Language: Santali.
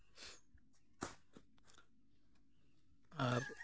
ᱟᱨ